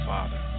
Father